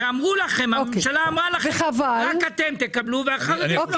הממשלה אמרה לכם שרק אתם תקבלו והחרדים לא.